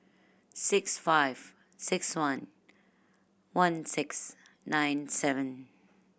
six five six one one six nine seven